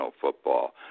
football